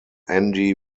andy